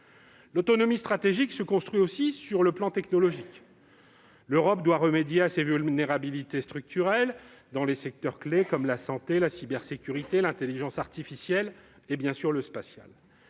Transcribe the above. L'autonomie stratégique se construit aussi sur le plan technologique : l'Europe doit remédier à ses vulnérabilités structurelles, dans des secteurs clés comme la santé, la cybersécurité, l'intelligence artificielle et bien sûr le spatial.